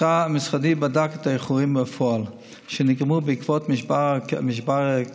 משרדי בדק את האיחורים בפועל שנגרמו בעקבות משבר הקורונה